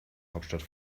hauptstadt